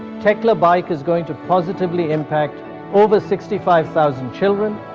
techlabike is going to positively impact over sixty five thousand children,